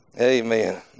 Amen